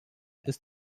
ist